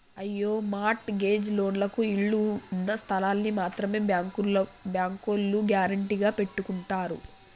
అయ్యో mortgage లోన్లకు ఇళ్ళు ఉన్నస్థలాల్ని మాత్రమే బ్యాంకోల్లు గ్యారెంటీగా పెట్టుకుంటారు